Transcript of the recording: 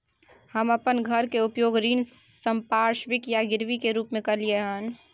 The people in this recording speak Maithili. हम अपन घर के उपयोग ऋण संपार्श्विक या गिरवी के रूप में कलियै हन